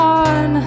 on